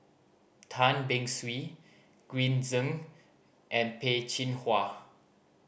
Tan Beng Swee Green Zeng and Peh Chin Hua